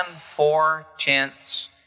four-tenths